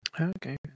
Okay